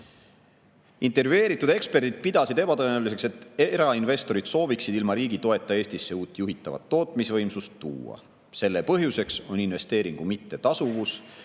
intervjueeritud eksperdid pidasid ebatõenäoliseks, et erainvestorid sooviksid ilma riigi toeta Eestisse uut juhitavat tootmisvõimsust tuua. Selle põhjus on investeeringu mittetasuvus,